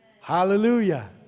Hallelujah